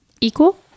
equal